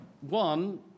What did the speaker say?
One